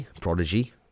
Prodigy